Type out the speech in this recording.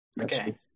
Okay